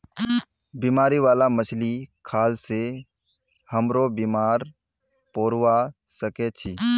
बीमारी बाला मछली खाल से हमरो बीमार पोरवा सके छि